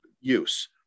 use